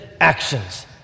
actions